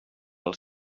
als